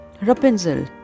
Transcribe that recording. Rapunzel